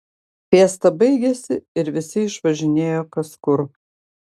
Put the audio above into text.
fiesta baigėsi ir visi išvažinėjo kas kur